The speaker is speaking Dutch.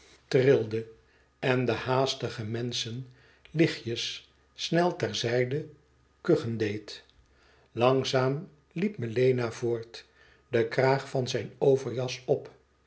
trilde en de haastige menschen lichtjes snel ter zijde kuchen deed langzaam liep melena voort den kraag van zijn overjas op